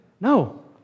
no